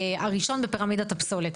הראשון בפירמידת הפסולת.